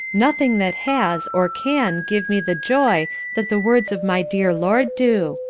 nothing that has or can give me the joy that the words of my dear lord do.